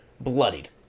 bloodied